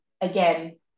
again